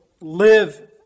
live